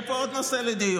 יהיה פה עוד נושא לדיון.